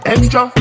Extra